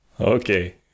Okay